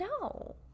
no